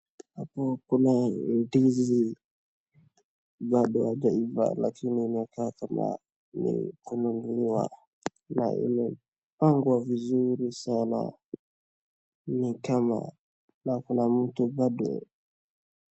Hapo kuna ndizi, bado haijaiva lakini imekatwa na ni kununuliwa, na imepangwa vizuri sana, ni kama, kuna mtu bado...